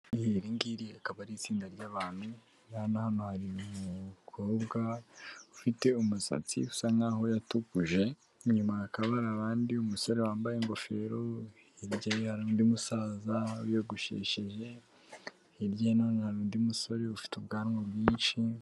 Iyi ngiri akaba ari itsinda ryabantu bana hano hari umukobwa ufite umusatsi usa nkaho yatukuje inyuma hakaba abandi umusore wambaye ingofero irya undi musaza wigosheshije hir'aani undi musore ufite ubwanwa bwinshi.